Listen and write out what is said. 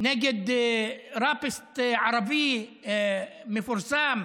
נגד ראפר ערבי מפורסם,